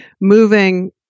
moving